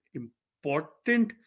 important